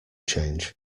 change